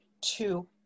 two